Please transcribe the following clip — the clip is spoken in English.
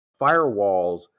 firewalls